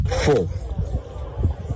Four